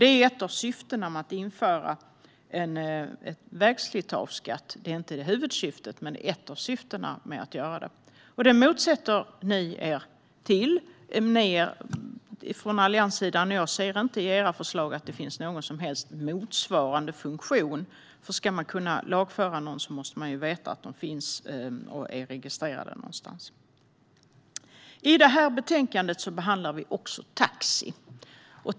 Det här är ett av syftena med att införa en vägslitageskatt. Det är inte huvudsyftet, men det är ett av syftena med att göra det. Detta motsätter ni er från allianssidan, och jag ser inte i era förslag att det finns någon som helst motsvarande funktion. Men om man ska kunna lagföra någon måste man ju veta att denne finns och är registrerad någonstans. I det här betänkandet behandlar vi också taxi.